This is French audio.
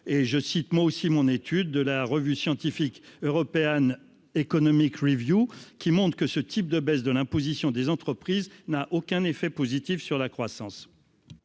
et je cite moi aussi mon étude de la revue scientifique European Economic Review qui monte que ce type de baisse de l'imposition des entreprises n'a aucun effet positif sur la croissance.